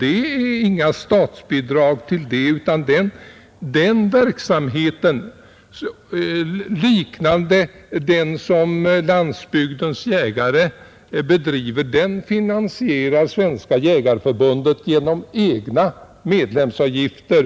Det går inga statsbidrag till den verksamheten, utan den — liknande den som Jägarnas riksförbund— Landsbygdens jägare bedriver — finansierar Svenska jägareförbundet genom egna medlemsavgifter.